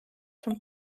zum